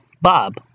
Bob